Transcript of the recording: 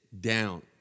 down